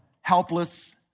helpless